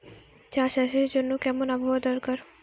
চা চাষের জন্য কেমন আবহাওয়া দরকার?